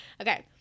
Okay